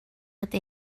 ydy